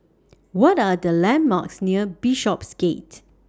What Are The landmarks near Bishopsgate